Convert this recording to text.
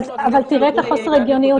אבל תראה את חוסר הגיוניות.